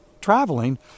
traveling